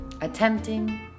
attempting